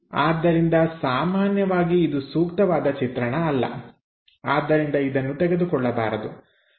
ಆದ್ದರಿಂದ ಸಾಮಾನ್ಯವಾಗಿ ಇದು ಸೂಕ್ತವಾದ ಚಿತ್ರಣ ಅಲ್ಲ ಆದ್ದರಿಂದ ಇದನ್ನು ತೆಗೆದುಕೊಳ್ಳಬಾರದು